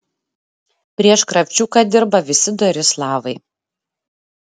prieš kravčiuką dirba visi dori slavai